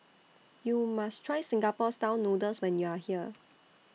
YOU must Try Singapore Style Noodles when YOU Are here